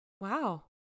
Wow